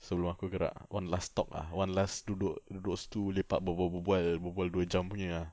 sebelum aku gerak ah one last talk ah one last duduk duduk situ lepak berbual berbual berbual dua jam punya ah